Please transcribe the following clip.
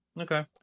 Okay